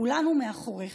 כולנו מאחוריך.